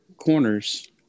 corners